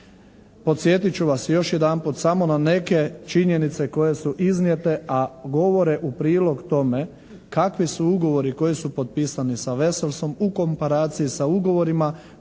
Podsjetit ću vas još jedanput samo na neke činjenice koje su iznijete a govore u prilog tome kakvi su ugovori koji su potpisani sa "Veselsom" u komparaciji sa ugovorima